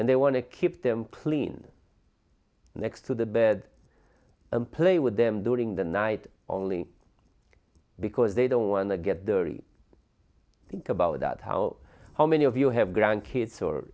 and they want to keep them clean next to the bed and play with them during the night only because they don't want to get their think about that how how many of you have grandkids or